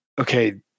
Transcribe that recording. okay